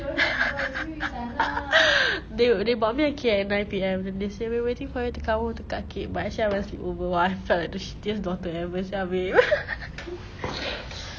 they they bought me a cake at nine P_M then they say we waiting for you to come home to cut cake but actually I went sleepover !wah! I felt like the shittiest daughter ever sia babe